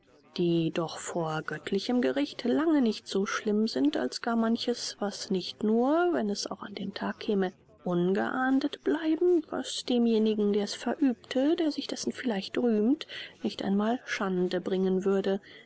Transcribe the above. die doch vor göttlichem gericht lange nicht so schlimm sind als gar manches was nicht nur wenn es auch an den tag käme ungeahndet bleiben was demjenigen der es verübte der sich dessen vielleicht rühmt nicht einmal schande bringen würde